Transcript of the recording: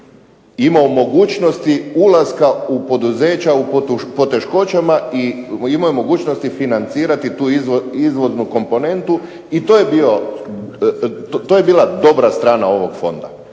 imao mogućnosti ulaska u poduzeća u poteškoćama i imao je mogućnosti financirati tu izvoznu komponentu. I to je bila dobra strana ovog fonda.